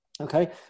okay